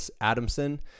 Adamson